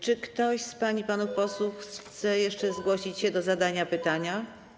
Czy ktoś z pań i panów posłów chce jeszcze zgłosić się do zadania pytania?